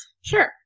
Sure